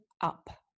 Up